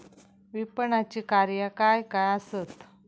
विपणनाची कार्या काय काय आसत?